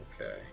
Okay